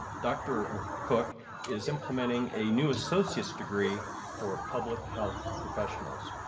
dr. cook is implementing a new associate's degree for public health professionals.